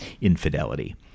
infidelity